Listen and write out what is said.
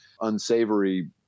unsavory